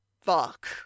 fuck